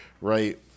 right